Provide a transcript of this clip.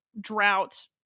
drought